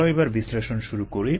চলো এবার বিশ্লেষণ শুরু করি